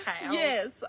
yes